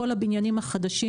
כל הבניינים החדשים,